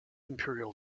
imperial